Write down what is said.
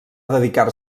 dedicar